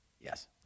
Yes